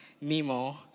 Nemo